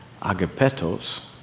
agapetos